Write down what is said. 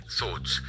thoughts